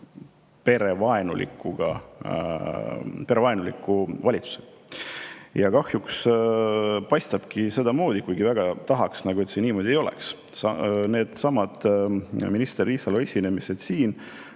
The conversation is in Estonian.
meil on tegu perevaenuliku valitsusega. Kahjuks paistab sedamoodi, kuigi väga tahaks, et see niimoodi ei oleks. Needsamad minister Riisalo esinemised siin